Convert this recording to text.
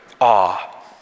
awe